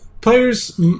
Players